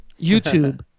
YouTube